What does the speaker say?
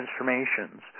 transformations